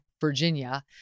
Virginia